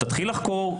תתחיל לחקור,